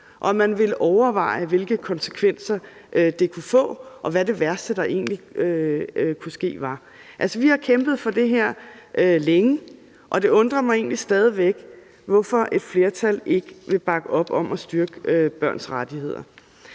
og man ville overveje, hvilke konsekvenser det kunne få, og hvad det værste, der egentlig kunne ske, var. Altså, vi har kæmpet for det her længe, og det undrer mig egentlig stadig væk, hvorfor et flertal ikke vil bakke om at styrke børns rettigheder.